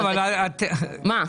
לא, אבל את --- מה?